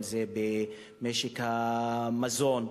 אם במשק המזון,